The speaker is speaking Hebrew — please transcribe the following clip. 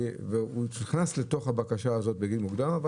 הוא נכנס לתוך הבקשה הזו בגיל מוקדם אבל